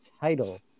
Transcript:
title